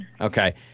Okay